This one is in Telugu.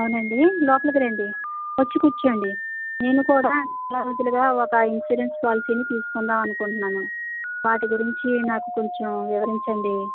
అవును అండి లోపలికి రండి వచ్చి కూర్చోండి నేను కూడా ఒక ఇన్షురెన్సు పాలసీని తీసుకుందాము అనుకుంటున్నాను వాటి గురించి నాకు కొంచెం వివరించండి